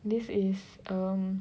this is um